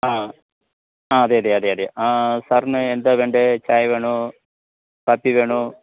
ആ ആ അതെ അതെ അതെ അതെ ആ സാറിന് എന്താണ് വേണ്ടത് ചായ വേണോ കാപ്പി വേണോ